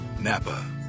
NAPA